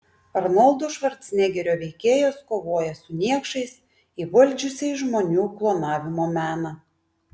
arnoldo švarcnegerio veikėjas kovoja su niekšais įvaldžiusiais žmonių klonavimo meną